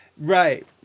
Right